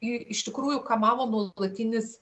jį iš tikrųjų kamavo nuolatinis